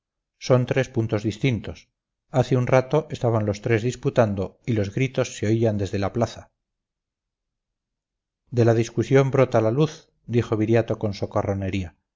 son tres puntos distintos hace un rato estaban los tres disputando y los gritos se oían desde la plaza de la discusión brota la luz dijo viriato con